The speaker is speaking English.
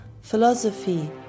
philosophy